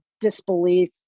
disbelief